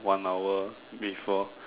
one hour before